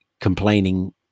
complaining